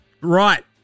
Right